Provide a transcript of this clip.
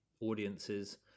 audiences